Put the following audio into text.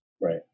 Right